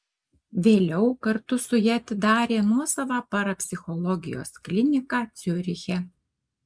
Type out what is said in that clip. vėliau kartu su ja atidarė nuosavą parapsichologijos kliniką ciuriche